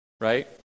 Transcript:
right